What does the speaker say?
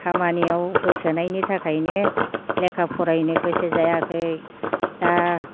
खामानियाव होसोनायनि थाखायनो लेखा फरायनो गोसो जायाखै दा